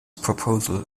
proposal